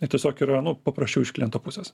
ir tiesiog yra nu paprasčiau iš kliento pusės